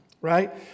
right